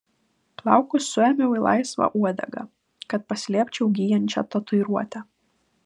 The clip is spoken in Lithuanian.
plaukus suėmiau į laisvą uodegą kad paslėpčiau gyjančią tatuiruotę